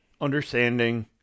understanding